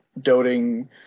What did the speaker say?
doting